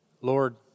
Lord